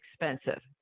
expensive